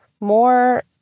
more